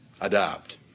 Adopt